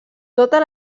totes